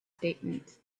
statement